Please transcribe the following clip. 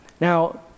Now